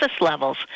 levels